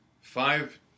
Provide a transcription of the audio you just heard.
five